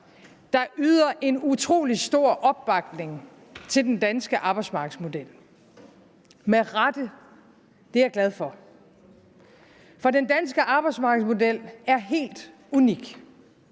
der yder en utrolig stor opbakning til den danske arbejdsmarkedsmodel, og med rette. Det er jeg glad for. For den danske arbejdsmarkedsmodel er helt unik.